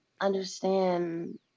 understand